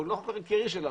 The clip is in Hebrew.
אבל הוא לא חוק עיקרי שלנו,